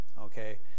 Okay